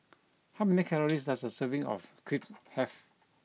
how many calories does a serving of Crepe have